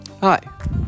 Hi